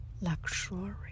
Luxury